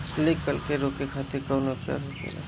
Leaf curl के रोके खातिर कउन उपचार होखेला?